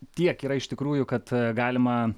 tiek yra iš tikrųjų kad galima